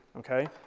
okay?